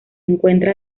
encuentra